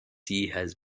has